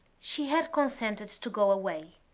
she had consented to go away,